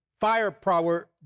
firepower